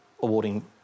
awarding